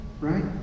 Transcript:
right